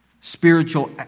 spiritual